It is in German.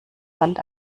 fand